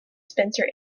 spencer